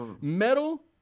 Metal